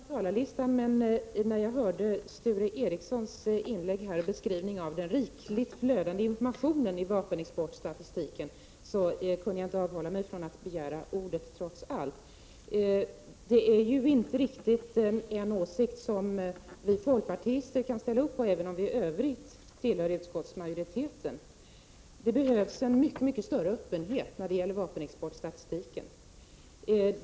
Herr talman! Jag hade egentligen strukit mig från talarlistan, men när jag hörde Sture Ericsons inlägg och beskrivning av den rikligt flödande informationen i vapenexportstatistiken kunde jag trots allt inte avhålla mig från att begära ordet. Det är en åsikt som vi i folkpartiet inte riktigt kan ställa upp på, även om vi i övrigt tillhör utskottsmajoriteten. Det behövs en mycket större öppenhet när det gäller vapenexportstatistiken.